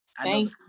thank